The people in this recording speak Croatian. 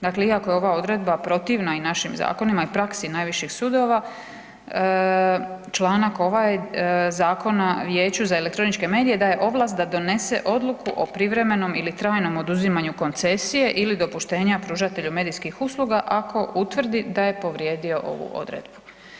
Dakle, iako je ova odredba protivna i našim zakonima i praksi najviših sudova, članak ovaj zakona Vijeću za elektroničke medije daje ovlast da donese odluku o privremenom ili trajnom oduzimanju koncesije ili dopuštenja pružatelju medijskih usluga ako utvrdi da je povrijedio ovu odredbu.